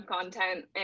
content